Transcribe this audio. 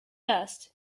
dust